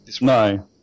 No